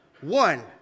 one